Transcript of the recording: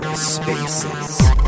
Spaces